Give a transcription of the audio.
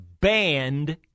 banned